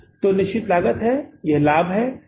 तो निश्चित लागत यह है और यह लाभ है